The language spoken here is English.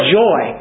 joy